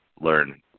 learn